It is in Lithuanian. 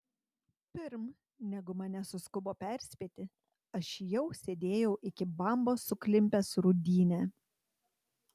pirm negu mane suskubo perspėti aš jau sėdėjau iki bambos suklimpęs rūdyne